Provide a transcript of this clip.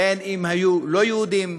בין אם לא יהודים,